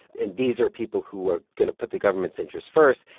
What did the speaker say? and these are people who are going to put the government's interests first.